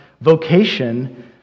vocation